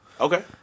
Okay